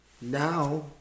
now